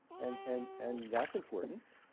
and and and that's important.